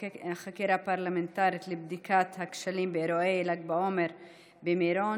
חקירה פרלמנטרית לבדיקת הכשלים באירועי ל"ג בעומר במירון,